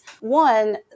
one